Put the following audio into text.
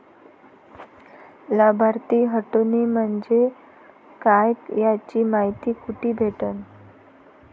लाभार्थी हटोने म्हंजे काय याची मायती कुठी भेटन?